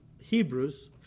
Hebrews